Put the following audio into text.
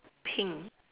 pink